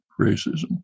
racism